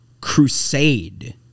crusade